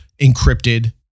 encrypted